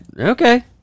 Okay